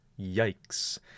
Yikes